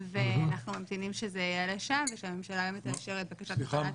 ואנחנו ממתינים שזה יעלה שם ושהממשלה תאשר את בקשת --- סליחה,